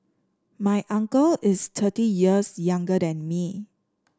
my uncle is thirty years younger than me